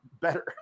better